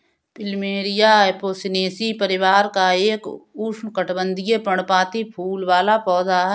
plumeria Apocynaceae परिवार का एक उष्णकटिबंधीय, पर्णपाती फूल वाला पौधा है